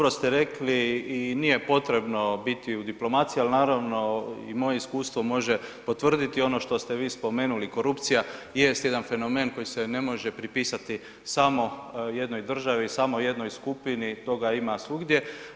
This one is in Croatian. Dobro ste rekli i nije potrebno biti u diplomaciji, al naravno i moje iskustvo može potvrditi ono što ste vi spomenuli, korupcija jest jedan fenomen koji se ne može pripisati samo jednoj državi, samo jednoj skupini, toga ima svugdje.